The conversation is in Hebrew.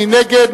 מי נגד?